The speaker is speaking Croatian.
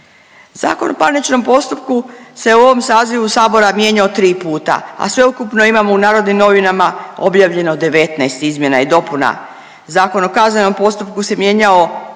odluke u razumnom roku. ZPP se u ovom sazivu Sabora mijenjao 3 puta, a sveukupno imamo u Narodnim novinama objavljeno 19 izmjena i dopuna. Zakon o kaznenom postupku se mijenjao